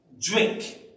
Drink